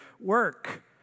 Work